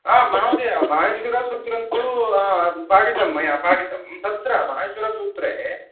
आं महोदय माहेश्वरसूत्रं तु पाठितं मया पाठितं तत्र माहेश्वरसूत्रे